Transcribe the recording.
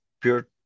pure